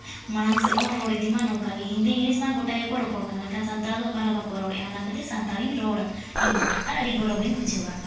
ᱢᱟᱲᱟᱝ ᱥᱮᱫ ᱵᱚᱱ ᱨᱚᱲ ᱤᱫᱤᱢᱟ ᱱᱚᱝᱠᱟᱜᱮ ᱦᱤᱱᱫᱤ ᱤᱝᱞᱤᱥᱢᱟ ᱜᱚᱴᱟ ᱜᱮᱠᱚ ᱨᱚᱯᱚᱲ ᱠᱟᱱᱟ ᱢᱮᱱᱠᱷᱟᱱ ᱥᱟᱱᱛᱟᱲ ᱫᱚ ᱚᱠᱟ ᱨᱮᱦᱚᱸ ᱵᱟᱠᱚ ᱨᱚᱲᱮᱜᱼᱟ ᱚᱱᱟ ᱠᱷᱟᱹᱛᱤᱨ ᱥᱟᱱᱲᱟᱤᱧ ᱨᱚᱲᱟ ᱤᱧ ᱫᱚ ᱟᱨ ᱟᱹᱰᱤ ᱜᱚᱨᱚᱵᱤᱧ ᱵᱩᱡᱷᱟᱹᱣᱟ